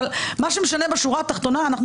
אבל מה שמשנה בשורה התחתונה זה שאנחנו